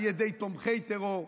על ידי תומכי טרור,